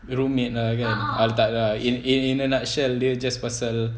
rumit lah kan ah tak lah in in a nutshell dia just pasal